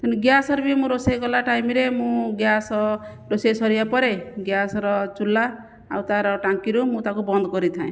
ତେଣୁ ଗ୍ୟାସ୍ ରେ ବି ମୁଁ ରୋଷେଇ କଲା ଟାଇମ ରେ ମୁଁ ଗ୍ୟାସ୍ ରୋଷେଇ ସରିବା ପରେ ଗ୍ୟାସ୍ ର ଚୁଲ୍ଲା ଆଉ ତାର ଟାଙ୍କିରୁ ମୁଁ ତାକୁ ବନ୍ଦ କରିଥାଏ